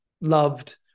loved